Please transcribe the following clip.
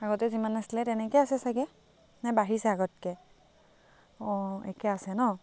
আগতে যিমান আছিল তেনেকৈ আছে চাগে নে বাঢ়িছে আগতকৈ অ' একে আছে ন